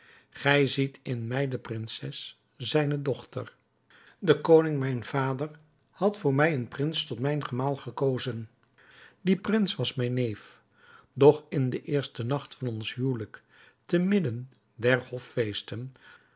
gij ziet in mij de prinses zijne dochter de koning mijn vader had voor mij een prins tot mijn gemaal gekozen die prins was mijn neef doch in den eersten nacht van ons huwelijk te midden der hoffeesten